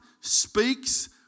speaks